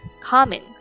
calming